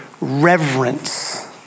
reverence